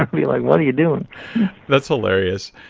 be like, what are you doing? that's hilarious.